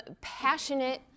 passionate